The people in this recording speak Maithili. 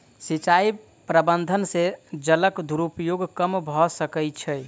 सिचाई प्रबंधन से जलक दुरूपयोग कम भअ सकै छै